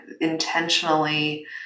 intentionally